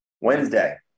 wednesday